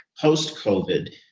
post-covid